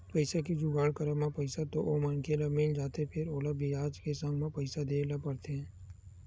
पइसा के जुगाड़ करब म पइसा तो ओ मनखे ल मिल जाथे फेर ओला बियाज के संग पइसा देय ल परथे